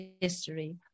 History